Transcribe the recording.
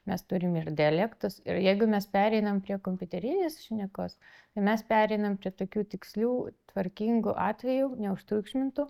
mes turim ir dialektus ir jeigu mes pereinam prie kompiuterinės šnekos tai mes pereinam prie tokių tikslių tvarkingų atvejų neužtriukšmintų